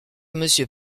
monsieur